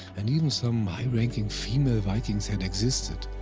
and even some high-ranking female vikings had existed,